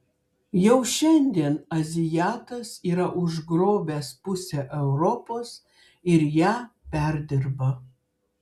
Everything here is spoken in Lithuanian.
jau šiandien azijatas yra užgrobęs pusę europos ir ją perdirba